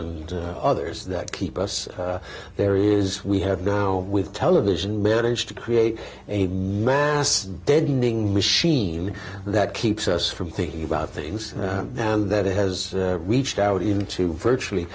and others that keep us there is we have now with television managed to create a mass deadening machine that keeps us from thinking about things and that it has reached out into